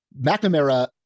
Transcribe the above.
McNamara